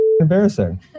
embarrassing